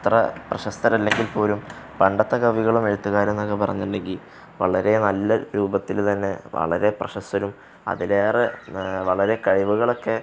അത്ര പ്രശസ്തരല്ലെങ്കിൽപ്പോലും പണ്ടത്തെ കവികളും എഴുത്തുകാരുമെന്നൊക്കെ പറഞ്ഞിട്ടുണ്ടെങ്കില് വളരെ നല്ല രൂപത്തില് തന്നെ വളരെ പ്രശസ്തരും അതിലേറെ വളരെ കഴിവുകളുമൊക്കെ